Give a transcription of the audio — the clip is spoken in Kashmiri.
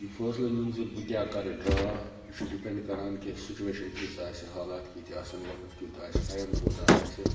یہِ فٲصلہِ نیُن زِ بہٕ کیاہ کَرٕ ڈرا یہِ چھُ ڈپیٚنٛڈ کَران کہِ سِچویشَن کِژھ آسہِ حالاتھ کِتھ آسَن وقت کیُتھ آسہِ ٹایِم کوٗتاہ آسہِ